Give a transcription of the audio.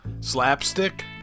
slapstick